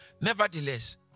Nevertheless